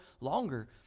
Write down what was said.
longer